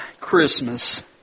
Christmas